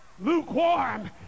lukewarm